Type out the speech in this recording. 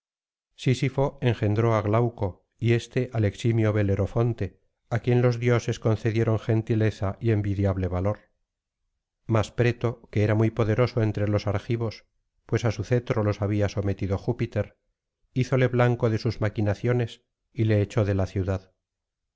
sísifo engendró á glauco y éste al eximio belerofonte á quien los dioses concedieron gentileza y envidiable valor mas preto que era muy poderoso entre los argivos pues á su cetro los había sometido júpiter hízole blanco de sus maquinaciones y le echó de la ciudad